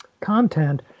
content